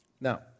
Now